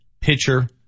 pitcher